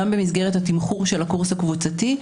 גם במסגרת התמחור של הקורס הקבוצתי,